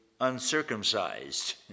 uncircumcised